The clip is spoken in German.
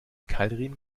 keilriemen